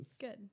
Good